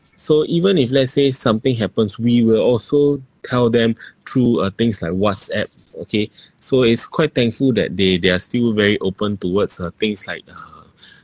so even if let's say something happens we will also tell them through uh things like WhatsApp okay so it's quite thankful that they they are still very open towards uh things like uh